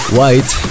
White